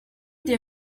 des